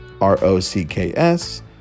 R-O-C-K-S